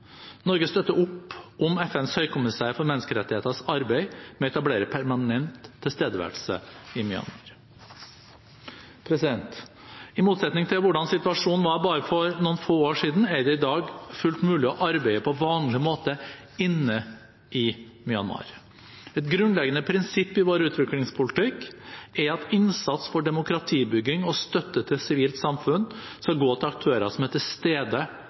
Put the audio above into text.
Norge støtter opp om FNs høykommissær for menneskerettigheters arbeid med å etablere permanent tilstedeværelse i Myanmar. I motsetning til hvordan situasjonen var bare for noen få år siden, er det i dag fullt mulig å arbeide på vanlig måte inne i Myanmar. Et grunnleggende prinsipp i vår utviklingspolitikk er at innsats for demokratibygging og støtte til sivilt samfunn skal gå til aktører som er til stede